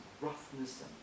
roughness